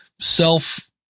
self